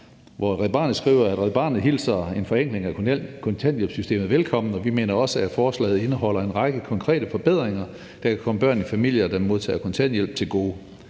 gør Red Barnet, som skriver: »Red Barnet hilser en forenkling af kontanthjælpssystemet velkommen, og vi mener også, at forslaget indeholder en række konkrete forbedringer, der kan komme børn i familier, der modtager kontanthjælp, til gode.